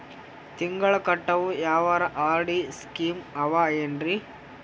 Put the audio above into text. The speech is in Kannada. ತಿಂಗಳ ಕಟ್ಟವು ಯಾವರ ಆರ್.ಡಿ ಸ್ಕೀಮ ಆವ ಏನ್ರಿ?